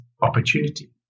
opportunity